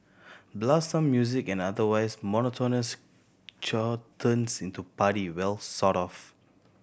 blast some music and otherwise monotonous chore turns into party well sort of